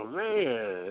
man